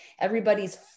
everybody's